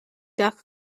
duck